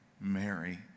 Mary